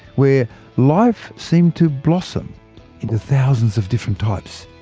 where life seemed to blossom into thousands of different types.